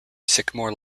sycamore